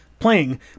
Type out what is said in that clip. playing